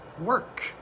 work